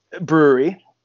brewery